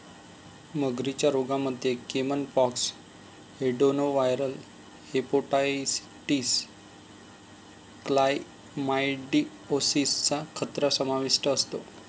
मगरींच्या रोगांमध्ये caiman pox, adenoviral hepatitis, chlamydiosis चा खतरा समाविष्ट असतो